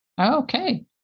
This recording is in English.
okay